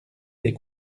des